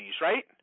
right